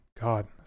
god